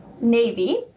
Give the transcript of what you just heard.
Navy